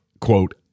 quote